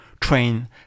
train